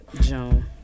June